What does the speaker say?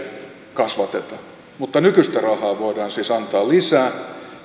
kasvateta mutta nykyistä rahaa voidaan siis antaa lisää